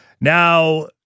Now